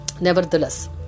Nevertheless